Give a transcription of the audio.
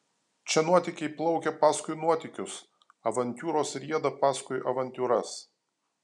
čia nuotykiai plaukia paskui nuotykius avantiūros rieda paskui avantiūras